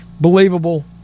believable